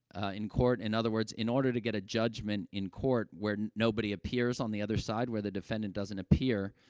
in court in other words, in order to get a judgment in court, where nobody appears on the other side, where the defendant doesn't appear,